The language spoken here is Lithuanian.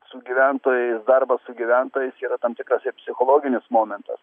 su gyventojais darbas su gyventojais yra tam tikras psichologinis momentas